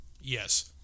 Yes